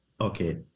okay